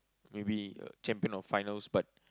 maybe uh champion or finals but